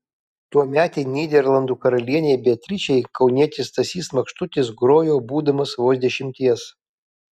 tuometei nyderlandų karalienei beatričei kaunietis stasys makštutis grojo būdamas vos dešimties